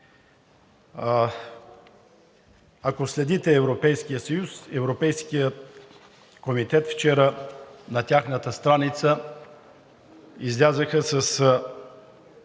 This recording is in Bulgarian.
Ако следите, Европейският съюз, Европейският комитет вчера на тяхната страница излязоха с